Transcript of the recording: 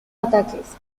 ataques